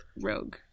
rogue